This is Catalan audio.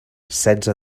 setze